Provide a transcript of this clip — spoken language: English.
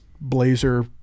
blazer